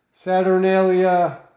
Saturnalia